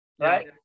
right